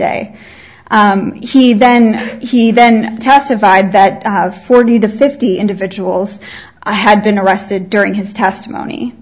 y he then he then testified that forty to fifty individuals i had been arrested during his testimony